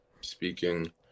Speaking